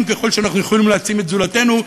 ככל שאנחנו יכולים להעצים את זולתנו,